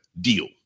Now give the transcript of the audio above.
deal